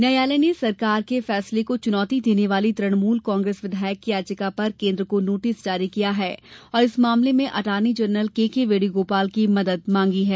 न्यायालय ने सरकार के फैसले को चुनौति देने वाली तृणमुल कांग्रेस विधायक की याचिका पर केन्द्र को नोटिस जारी किया है और इस मामले में attorney general K K Venugopal की मदद मांगी है